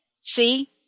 See